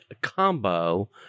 combo